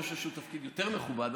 אני חושב שהוא תפקיד יותר מכובד,